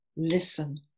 Listen